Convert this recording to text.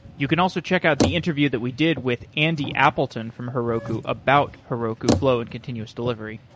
you can also check out the interview that we did with andy appleton from heroku about heroku flow and continuous delivery.